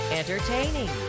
entertaining